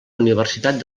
universitat